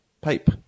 pipe